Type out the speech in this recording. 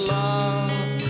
love